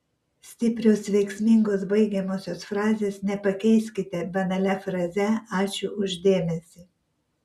stiprios veiksmingos baigiamosios frazės nepakeiskite banalia fraze ačiū už dėmesį